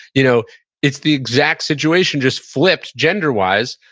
you know it's the exact situation just flipped gender-wise,